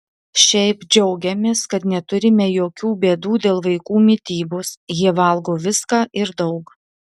šiaip džiaugiamės kad neturime jokių bėdų dėl vaikų mitybos jie valgo viską ir daug